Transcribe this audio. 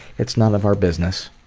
it's none of our business.